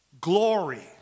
glory